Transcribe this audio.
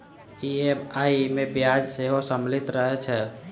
EMI मे ब्याज सेहो सम्मिलित रहै छै